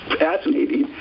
fascinating